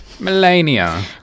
Melania